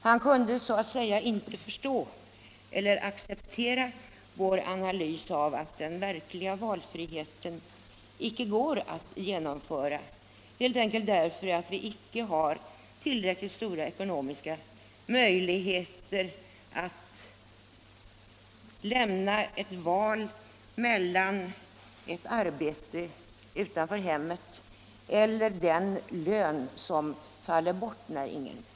Han kunde inte förstå eller acceptera vår analys att den verkliga valfriheten icke går att genomföra, helt enkelt därför att vi icke har tillräckligt stora ekonomiska möjligheter att lämna ett val mellan arbete utanför hemmet och kompensation för den lön som annars faller bort.